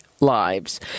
lives